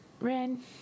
Ren